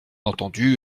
entendu